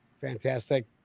Fantastic